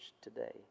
today